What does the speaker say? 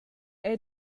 era